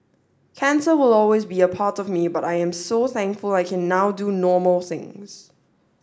cancer will always be a part of me but I am so thankful I can now do normal things